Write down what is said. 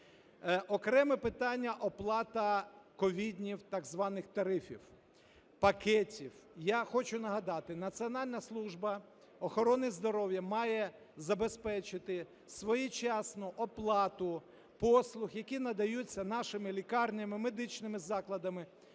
Окреме питання – оплата ковідних так званих тарифів, пакетів. Я хочу нагадати, Національна служба охорони здоров'я має забезпечити своєчасну оплату послуг, які надаються нашими лікарнями, медичними закладами